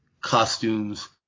costumes